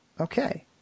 Okay